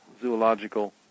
zoological